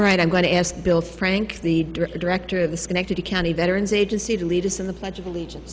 right i'm going to ask bill frank the director of the schenectady county veterans agency to lead us in the pledge of allegiance